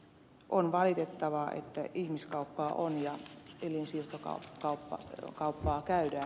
on valitettavaa että ihmiskauppaa on ja elinsiirtokauppaa käydään